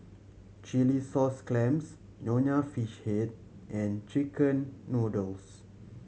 chilli sauce clams Nonya Fish Head and chicken noodles